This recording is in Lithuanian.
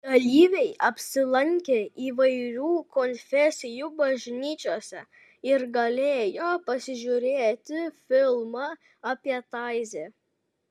dalyviai apsilankė įvairių konfesijų bažnyčiose ir galėjo pasižiūrėti filmą apie taizė